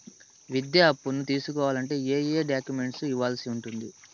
విద్యా అప్పును తీసుకోవాలంటే ఏ ఏ డాక్యుమెంట్లు ఇవ్వాల్సి ఉంటుంది